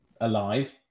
alive